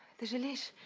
the police.